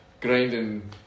grinding